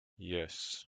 yes